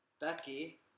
Becky